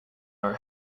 our